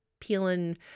peeling